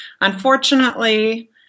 Unfortunately